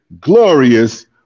glorious